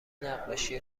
نقاشی